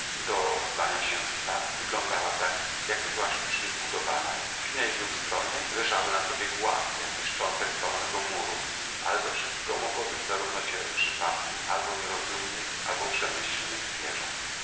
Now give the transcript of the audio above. do rozlania się w staw wyglądała tak jakby była sztucznie zbudowana w innej znów stronie leżały na sobie głazy jakby szczątek zwalonego muru ale to wszystko mogło być zarówno dziełem przypadku albo nierozumnych ale przemyślnych zwierząt